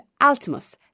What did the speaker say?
Altimus